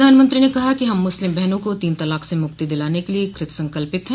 प्रधानमंत्री ने कहा कि हम मुस्लिम बहनों को तीन तलाक से मुक्ति दिलाने के लिये कृत संकल्प है